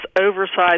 oversized